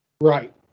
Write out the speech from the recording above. Right